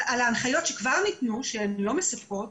על ההנחיות שכבר ניתנו שהן לא מספקות,